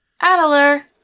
Adler